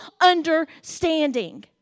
understanding